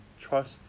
trust